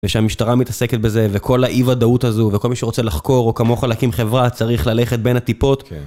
ושהמשטרה מתעסקת בזה, וכל האי-וודאות הזו, וכל מי שרוצה לחקור, או כמוך להקים חברה, צריך ללכת בין הטיפות